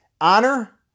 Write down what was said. Honor